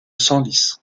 senlis